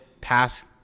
pass